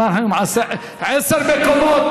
עשרה מקומות,